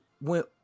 went